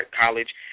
college